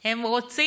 הם רוצים